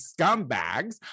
scumbags